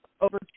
over